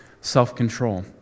self-control